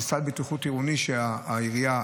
זה סל בטיחות עירוני שיש לעירייה,